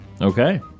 Okay